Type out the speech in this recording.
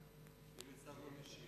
5,